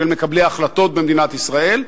של מקבלי ההחלטות במדינת ישראל,